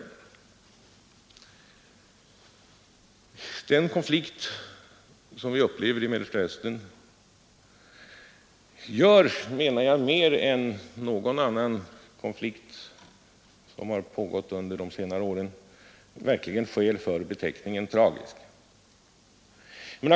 Den konflikt som vi nu upplever i Mellersta Östern gör, menar jag, mer än någon annan konflikt som pågått under de senare åren verkligen skäl för beteckningen tragisk.